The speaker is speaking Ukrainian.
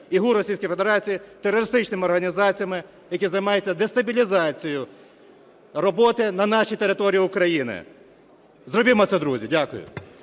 Федерації терористичними організаціями, які займаються дестабілізацією роботи на нашій території України. Зробімо це, друзі! Дякую.